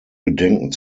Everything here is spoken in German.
bedenken